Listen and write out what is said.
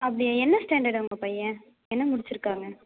அப்படியா என்ன ஸ்டாண்டர்ட் உங்கள் பையன் என்ன முடிச்சுருக்காங்க